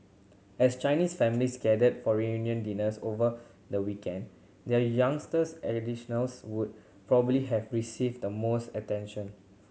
as Chinese families gathered for reunion dinners over the weekend their youngest would probably have received the most attention